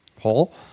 hole